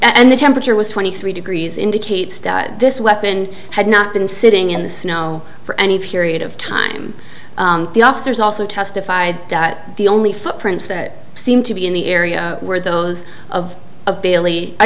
and the temperature was twenty three degrees indicates that this weapon had not been sitting in the snow for any period of time the officers also testified that the only footprints that seemed to be in the area were those of